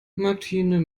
martine